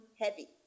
heavy